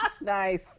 Nice